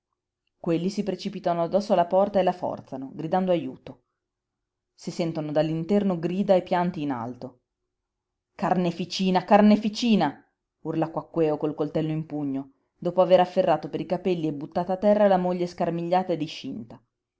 quelli si precipitano addosso alla porta e la forzano gridando ajuto si sentono dall'interno grida e pianti in alto carneficina carneficina urla quaquèo col coltello in pugno dopo aver afferrato per i capelli e buttata a terra la moglie scarmigliata e discinta